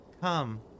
Come